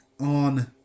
on